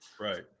Right